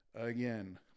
again